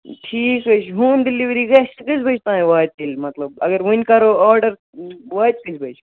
ٹھیٖک حظ چھِ ہوم ڈِلِؤری گژھِ سُہٕ کٔژِ بَجہِ تام واتہِ تیٚلہِ مطلب اگر وٕنۍ کرو آڈر واتہِ کٔژِ بَجہِ